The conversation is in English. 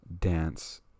dance